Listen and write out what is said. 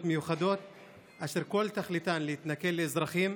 מיוחדות אשר כל תכליתן להתנכל לאזרחים,